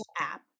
app